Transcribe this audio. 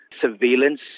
surveillance